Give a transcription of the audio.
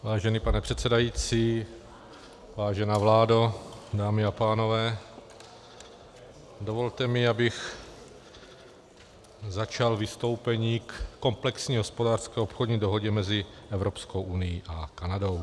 Vážený pane předsedající, vážená vládo, dámy a pánové, dovolte mi, abych začal vystoupení ke komplexní hospodářské a obchodní dohodě mezi Evropskou unií a Kanadou.